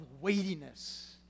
weightiness